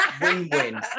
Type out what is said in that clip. Win-win